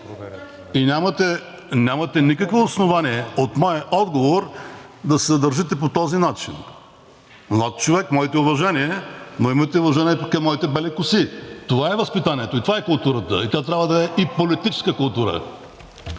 и нямате никакво основание от моя отговор да се държите по този начин. Млад човек, моите уважения, но имайте уважение към моите бели коси. Това е възпитанието и това е културата, и тя трябва да е и политическа култура.